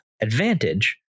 advantage